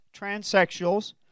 transsexuals